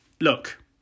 look